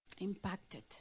impacted